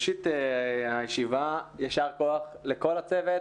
יישר כוח לכל הצוות.